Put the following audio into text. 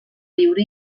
viure